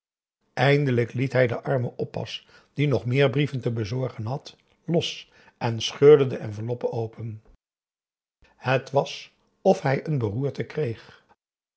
eindelijk liet hij den armen oppas die nog meer brieven te bezorgen had los en scheurde de enveloppe open het was of hij een beroerte kreeg